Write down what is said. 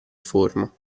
forma